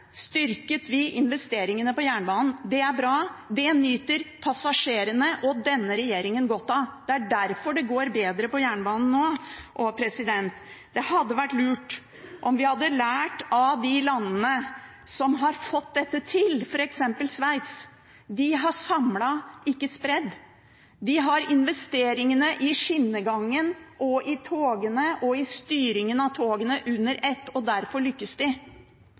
styrket vi investeringene på jernbanen. Det er bra, det nyter passasjerene og denne regjeringen godt av. Det er derfor det går bedre på jernbanen nå. Det hadde vært lurt om vi hadde lært av de landene som har fått dette til, f.eks. Sveits. De har samlet, ikke spredd. De har investert i skinnegangen, i togene og i styringen av togene under ett. Derfor lykkes de.